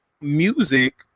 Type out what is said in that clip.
music